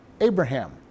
Abraham